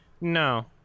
No